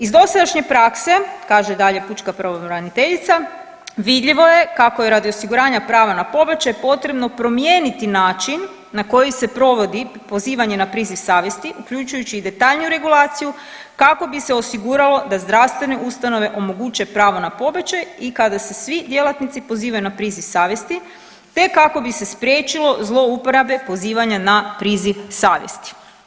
Iz dosadašnje prakse, kaže dalje pučka pravobraniteljica, vidljivo je kako je radi osiguranja prava na pobačaj potrebno promijeniti način na koji se provodi pozivanje na priziv savjesti, uključujući i detaljniju regulaciju, kako bi se osiguralo da zdravstvene ustanove omoguće pravo na pobačaj i kada se svi djelatnici pozivaju na priziv savjesti te kako bi se spriječilo zlouporabe pozivanja na priziv savjesti.